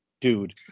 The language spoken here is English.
dude